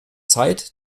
zeit